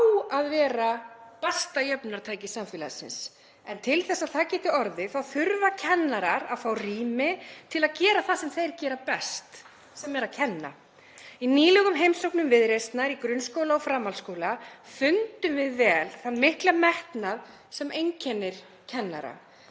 að vera besta jöfnunartæki samfélagsins en til að það geti orðið þurfa kennarar að fá rými til að gera það sem þeir gera best, sem er að kenna. Í nýlegum heimsóknum Viðreisnar í grunnskóla og framhaldsskóla fundum við vel þann mikla metnað sem einkennir kennara.